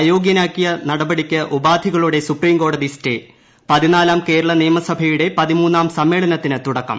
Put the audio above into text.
അയോഗൃനാക്കിയ നടപ്ടി ഉപാധികളോടെ സൂപ്രീംകോടതി സ്റ്റേ ്ലെയ്തു പതിനാലാം കേരള നിയമസഭയുടെ പൃതിമൂന്നാം സമ്മേളനത്തിന് തുടക്കം